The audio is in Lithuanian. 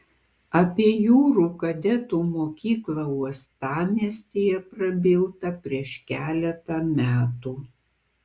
apie jūrų kadetų mokyklą uostamiestyje prabilta prieš keletą metų